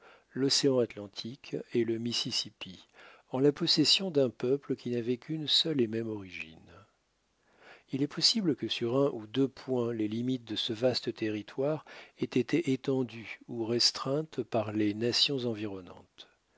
l'océan atlantique et le mississipi en la possession d'un peuple qui n'avait qu'une seule et même origine il est possible que sur un ou deux points les limites de ce vaste territoire aient été étendues ou restreintes par les nations environnantes